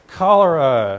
Cholera